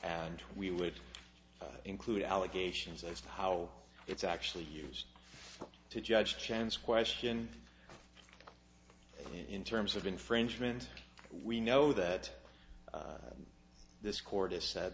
and we would include allegations as to how it's actually used to judge chance question in terms of infringement we know that this court has sa